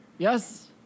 Yes